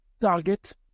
target